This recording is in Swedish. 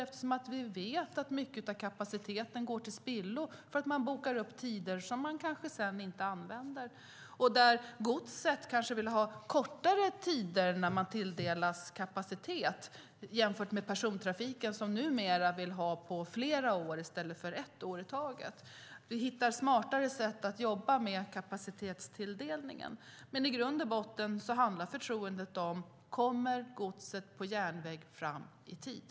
Vi vet ju att mycket av kapaciteten går till spillo för att man bokar upp tider som man sedan kanske inte använder. För godset vill man kanske ha kortare tider när man tilldelas kapacitet, jämfört med persontrafiken, som numera vill ha det på flera år i stället för ett år i taget. Vi hittar smartare sätt att jobba med kapacitetstilldelningen. Men i grund och botten handlar förtroendet om: Kommer godset på järnväg fram i tid?